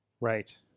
Right